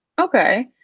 Okay